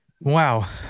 Wow